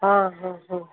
ಹಾಂ ಹಾಂ ಹಾಂ